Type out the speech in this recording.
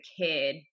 kid